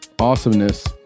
awesomeness